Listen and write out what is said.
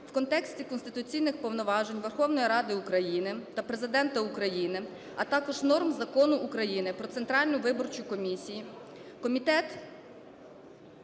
в контексті конституційних повноважень Верховної Ради України та Президента України, а також норм Закону України "Про Центральну виборчу комісію", комітет